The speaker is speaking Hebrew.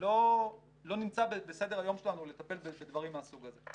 לא נמצא בסדר היום שלנו לטפל בדברים מהסוג הזה.